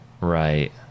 right